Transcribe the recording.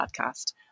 podcast